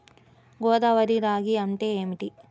గోదావరి రాగి అంటే ఏమిటి?